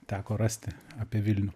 teko rasti apie vilnių